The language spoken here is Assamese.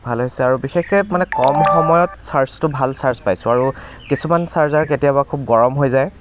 ভাল হৈছে আৰু বিশেষকে মানে কম সময়ত চাৰ্জটো ভাল চাৰ্জ পাইছোঁ আৰু কিছুমান চাৰ্জাৰ কেতিয়াবা খুব গৰম হৈ যায়